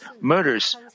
murders